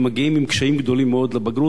ומגיעים עם קשיים גדולים מאוד לבגרות,